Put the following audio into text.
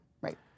Right